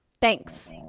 thanks